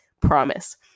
promise